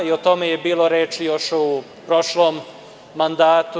O tome je bilo reči još u prošlom mandatu.